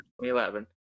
2011